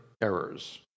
errors